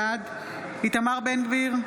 בעד איתמר בן גביר,